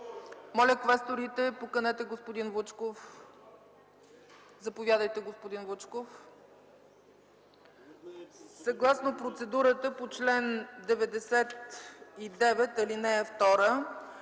Моля квесторите да поканят господин Вучков. Заповядайте, господин Вучков. Съгласно процедурата по чл. 99, ал. 2,